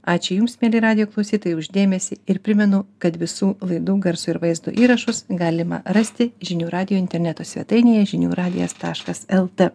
ačiū jums mieli radijo klausytojai už dėmesį ir primenu kad visų laidų garso ir vaizdo įrašus galima rasti žinių radijo interneto svetainėje žinių radijas taškas lt